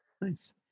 Nice